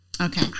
Okay